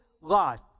life